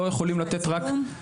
משפט סיכום.